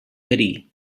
verí